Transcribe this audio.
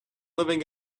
living